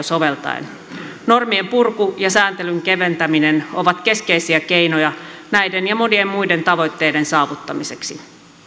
soveltaen normien purku ja sääntelyn keventäminen ovat keskeisiä keinoja näiden ja monien muiden tavoitteiden saavuttamiseksi